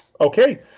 Okay